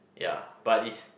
ya but is